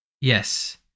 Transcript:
Yes